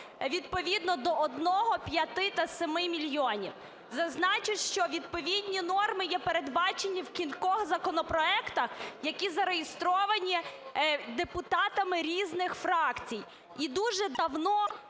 відповідно до 1, 5 та 7 мільйонів. Зазначу, що відповідні норми є передбачені в кількох законопроектах, які зареєстровані депутатами різних фракцій. І дуже давно